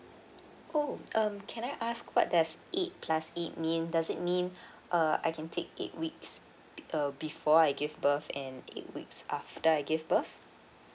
oh um can I ask what does eight plus eight mean does it mean uh I can take eight weeks err before I give birth and eight weeks after I give birth